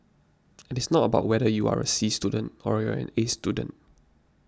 and it's not about whether you are a C student or you're an A student